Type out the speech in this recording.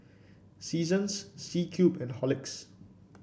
Seasons C Cube and Horlicks